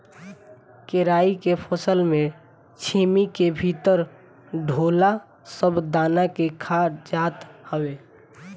केराई के फसल में छीमी के भीतर ढोला सब दाना के खा जात हवे